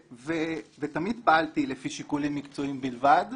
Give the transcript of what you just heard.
תמיד פעלתי לפי שיקולים מקצועיים בלבד.